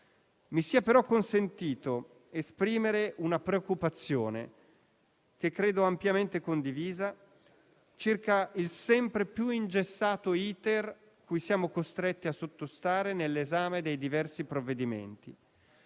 Mi sia, però, consentito esprimere una preoccupazione, che credo ampiamente condivisa, circa il sempre più ingessato *iter* cui siamo costretti a sottostare nell'esame dei diversi provvedimenti.